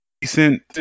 decent